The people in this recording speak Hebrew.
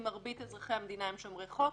כי מרבית אזרחי המדינה הם שומרים חוק.